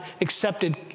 accepted